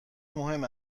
مهم